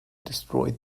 destroy